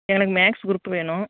எனக்கு maths group வேணும்